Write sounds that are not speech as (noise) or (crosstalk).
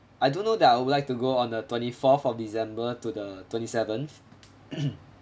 I do know that I would like to go on the twenty fourth of december to the twenty seventh (noise)